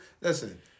Listen